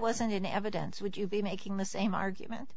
wasn't in evidence would you be making the same argument